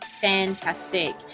Fantastic